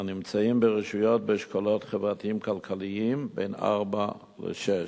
הנמצאים ברשויות באשכולות חברתיים-כלכליים בין 4 ל-6.